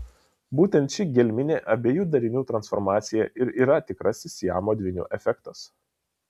būtent ši gelminė abiejų darinių transformacija ir yra tikrasis siamo dvynių efektas